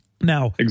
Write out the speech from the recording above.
Now